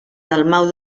dalmau